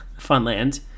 Funland